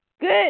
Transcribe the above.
good